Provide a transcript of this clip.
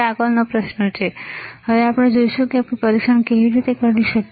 આગળનો પ્રશ્ન છે આપણે કેવી રીતે પરીક્ષણ કરી શકીએ